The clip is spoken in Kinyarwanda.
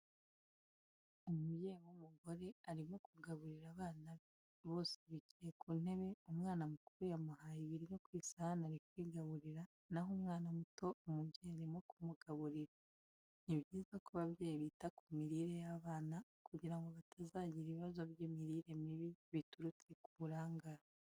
Umubyeyi w'umugore urimo kugaburira abana be, bose bicaye ku ntebe umwana mukuru yamuhaye ibiryo ku isahane ari kwigaburira, naho umwana muto umubyeyi arimo kumugaburira. Ni byiza ko ababyeyi bita ku mirire y'abana kugira ngo batazagira ibibazo by'imirire mibi biturutse ku burangare.